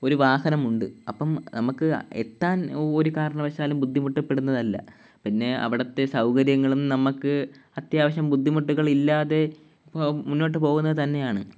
ഒരു വാഹനമുണ്ട് അപ്പോള് നമ്മള്ക്ക് എത്താൻ ഒരു കാരണവശാലും ബുദ്ധിമുട്ടപ്പെടുന്നതല്ല പിന്നെ അവിടുത്തെ സൗകര്യങ്ങളും നമ്മള്ക്ക് അത്യാവശ്യം ബുദ്ധിമുട്ടുകൾ ഇല്ലാതെ മുന്നോട്ടുപോവുന്നത് തന്നെയാണ്